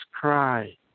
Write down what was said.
cry